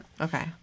Okay